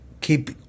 keep